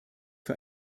für